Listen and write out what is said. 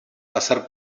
pasar